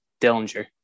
Dillinger